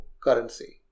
currency